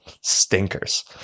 stinkers